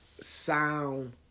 sound